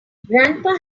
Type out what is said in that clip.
grandpa